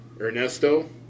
Ernesto